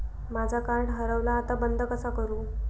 माझा कार्ड हरवला आता बंद कसा करू?